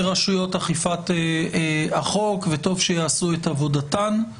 -- לרשויות אכיפת החוק, וטוב שיעשו את עבודתן.